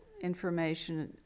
information